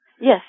Yes